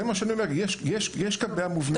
זה מה שאני אומר, יש כאן בעיה מובנית.